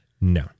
No